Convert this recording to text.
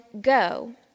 go